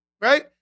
right